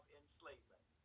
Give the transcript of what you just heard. enslavement